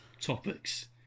topics